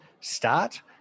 start